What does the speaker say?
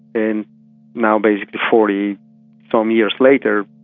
and now basically forty some years later,